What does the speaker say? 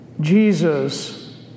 Jesus